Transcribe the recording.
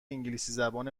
انگلیسیزبان